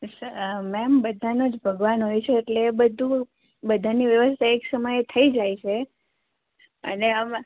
ma'am બધાનો જ ભગવાન હોય છે એટલે એ બધું બધાની વ્યવસ્થા એક સમયે થઈ જાય છે અને આમાં